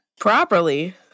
Properly